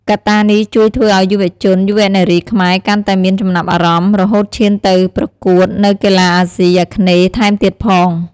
កត្តានេះជួយធ្វើឱ្យយុរជន យុវនារីខ្មែរកាន់តែមានចំណាប់អារម្មណ៍ រហូតឈានទៅប្រកួតនៅកីឡាអាសុីអាគ្នេយ៍ថែមទៀតផង។